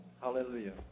hallelujah